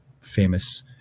famous